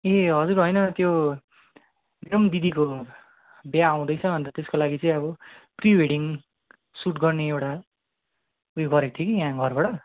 ए हजुर होइन त्यो मेरो पनि दिदीको बिहा आउँदैछ अन्त त्यसको लागि चाहिँ अब प्रिवेडिङ सुट गर्ने एउटा उयो गरेको थियो कि यहाँ घरबाट